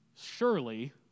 surely